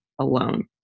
alone